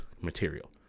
material